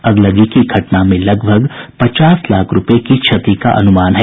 अगलगी की घटना में लगभग पचास लाख रूपये की क्षति का अनुमान है